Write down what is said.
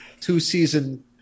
two-season